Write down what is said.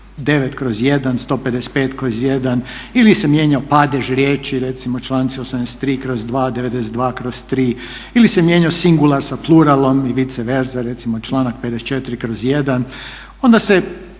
99/1, 155/1 ili se mijenja padež riječi, recimo članci 83/2, 92/3 ili se mijenja singular sa pluralom i vice versa, recimo članak 54/1. Onda se